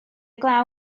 glaw